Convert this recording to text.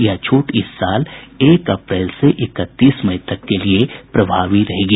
यह छूट इस साल एक अप्रैल से इकतीस मई तक के लिए लागू होगी